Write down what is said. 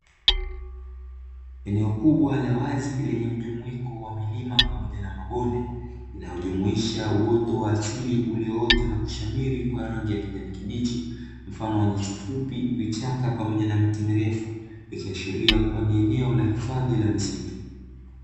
Eneo kubwa la wazi lenye mjumuiko wa milima pamoja na mabonde, linalojumuisha uoto wa asili ulioota na kushamiri kwa rangi ya kijani kibichi mfano wa: nyasi fupi, vichaka pamoja na miti mirefu. Ikiashiria kuwa ni eneo la hifadhi la misitu.